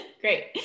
Great